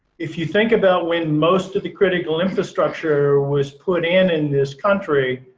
if you think about when most of the critical infrastructure was put in in this country,